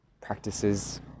practices